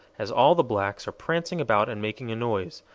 as all the blacks are prancing about and making a noise,